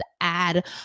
add